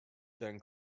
then